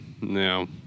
No